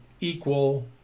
equal